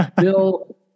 Bill